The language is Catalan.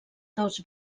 dos